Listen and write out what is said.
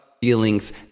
feelings